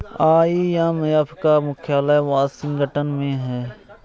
IMF का मुख्यालय Washington में है